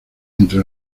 entre